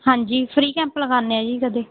ਹਾਂਜੀ free camp ਲਗਾਉਂਦੇ ਹਾਂ ਜੀ ਕਦੇ